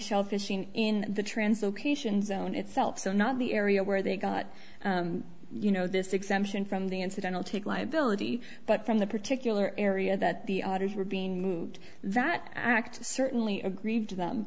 shellfishing in the translocation zone itself so not the area where they got you know this exemption from the incidental take liability but from the particular area that the others were being moved that act certainly agreed to th